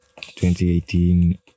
2018